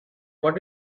what